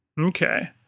Okay